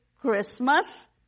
Christmas